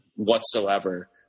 whatsoever